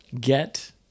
get